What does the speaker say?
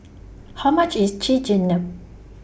How much IS Chigenabe